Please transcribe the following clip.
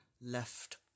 left